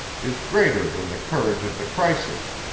is greater than the courage of the crisis